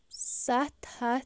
سَتھ ہَتھ